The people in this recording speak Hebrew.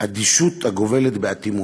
אדישות הגובלת באטימות.